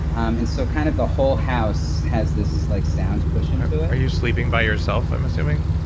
and so kind of the whole house has this like sound cushion to it are you sleeping by yourself, i'm assuming?